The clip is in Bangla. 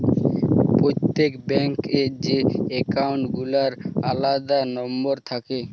প্রত্যেক ব্যাঙ্ক এ যে একাউল্ট গুলার আলাদা লম্বর থাক্যে